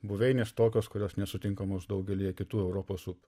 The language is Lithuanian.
buveinės tokios kurios nesutinkamos daugelyje kitų europos upių